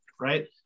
right